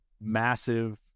massive